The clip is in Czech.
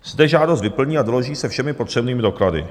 Zde žádost vyplní a doloží se všemi potřebnými doklady.